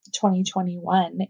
2021